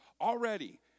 already